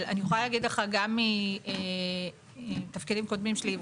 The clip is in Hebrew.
אבל אני יכולה להגיד לך גם מתפקידים קודמים שלי,